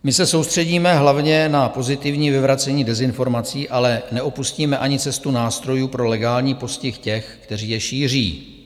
My se soustředíme hlavně na pozitivní vyvracení dezinformací, ale neopustíme ani cestu nástrojů pro legální postih těch, kteří je šíří.